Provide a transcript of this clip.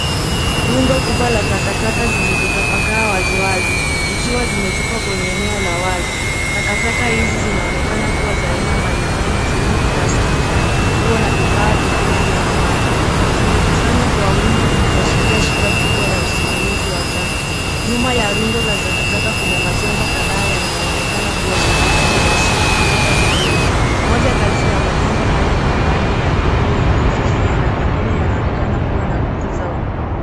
Rundo kubwa la takataka zilizotapakaa wazi wazi zikiwa zimetupwa kwenye eneo la wazi. Takataka hizi zinaonekana kuwa za aina mbalimbali ikiwemo plastiki, nguo na vifaa vingine vya nyumbani. Zimekusanywa kwa wingi zikiashiria shida kubwa ya usimamizi wa taka. Nyuma ya rundo la taka kuna majengo kadhaa yanayoonekana kuwa ya shakafu na yasiyotumika vizuri . Moja kati ya majengo hayo ni ya rangi ya buluu iliyofifia na mengine yanaonekana kuwa na kuta za.